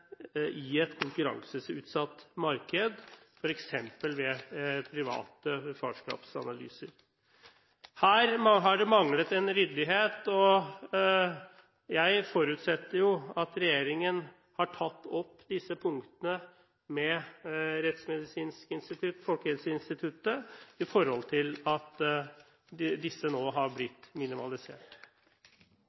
i et konkurranseutsatt marked, f.eks. ved private farskapsanalyser. Her har det manglet en ryddighet, og jeg forutsetter at regjeringen har tatt opp disse punktene med Rettsmedisinsk institutt og Folkehelseinstituttet, slik at disse nå har blitt minimalisert.